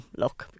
look